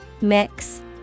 Mix